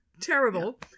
terrible